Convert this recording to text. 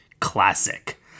classic